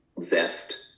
zest